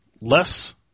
less